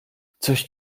coś